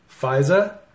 FISA